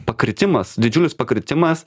pakritimas didžiulis pakritimas